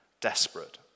desperate